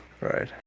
Right